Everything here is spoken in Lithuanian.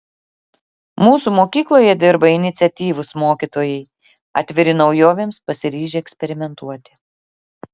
mūsų mokykloje dirba iniciatyvūs mokytojai atviri naujovėms pasiryžę eksperimentuoti